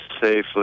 safely